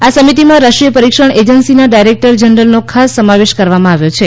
આ સમિતિમાં રાષ્ટ્રીય પરીક્ષણ એજનસીના ડાયરેક્ટર જનરલનો ખાસ સમાવેશ કરવામાં આવ્યો છે